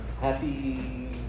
Happy